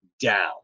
down